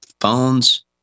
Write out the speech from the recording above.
Phones